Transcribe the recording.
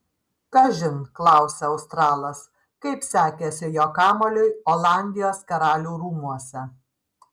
kažin klausia australas kaip sekėsi jo kamuoliui olandijos karalių rūmuose